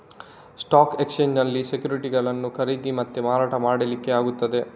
stock ಎಕ್ಸ್ಚೇಂಜಿನಲ್ಲಿ ಸೆಕ್ಯುರಿಟಿಗಳನ್ನ ಖರೀದಿ ಮತ್ತೆ ಮಾರಾಟ ಮಾಡ್ಲಿಕ್ಕೆ ಆಗ್ತದೆ